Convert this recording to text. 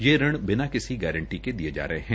यह ऋण बिना किसी गारंटी के दिए जा रहे हैं